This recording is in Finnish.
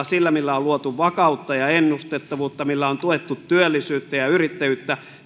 sillä millä on luotu vakautta ja ennustettavuutta millä on tuettu työllisyyttä ja yrittäjyyttä